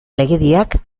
legediak